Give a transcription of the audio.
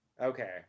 okay